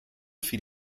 fiel